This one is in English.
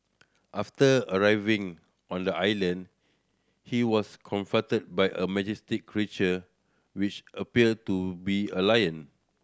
after arriving on the island he was confronted by a majestic creature which appeared to be a lion